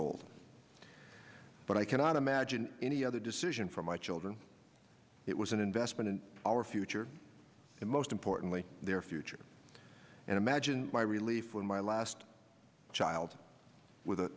old but i cannot imagine any other decision for my children it was an investment in our future and most importantly their future and imagine my relief when my last child with a